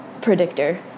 predictor